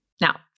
Now